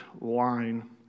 line